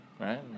right